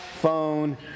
phone